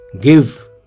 Give